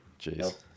Jeez